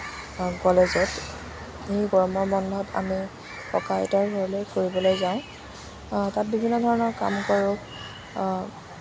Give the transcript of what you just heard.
বা কলেজত সেই গৰমৰ বন্ধত আমি ককা আইতাৰ ঘৰলৈ ফুৰিবলৈ যাওঁ তাত বিভিন্ন ধৰনৰ কাম কৰোঁ